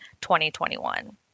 2021